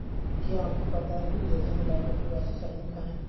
क्या आपको पता है कुछ देशों में लाखों प्रवासी श्रमिक हैं?